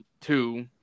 two